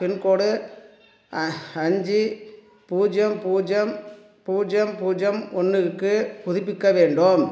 pincode அஞ்சு பூஜ்ஜியம் பூஜ்ஜியம் பூஜ்ஜியம் பூஜ்ஜியம் ஒன்றுக்குப் புதுப்பிக்க வேண்டும்